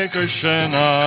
Krishna